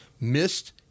missed